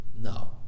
No